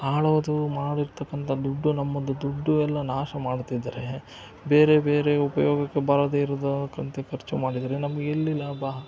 ಆಳೋದು ಮಾಡಿರತಕ್ಕಂಥ ದುಡ್ಡು ನಮ್ಮದು ದುಡ್ಡು ಎಲ್ಲ ನಾಶ ಮಾಡ್ತಿದ್ದಾರೆ ಬೇರೆ ಬೇರೆ ಉಪಯೋಗಕ್ಕೆ ಬಾರದೆ ಇರೋದಕ್ಕಂತ ಖರ್ಚು ಮಾಡಿದರೆ ನಮ್ಗೆ ಎಲ್ಲಿ ಲಾಭ